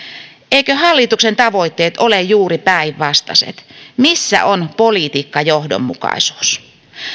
eivätkö hallituksen tavoitteet ole juuri päinvastaiset missä on politiikkajohdonmukaisuus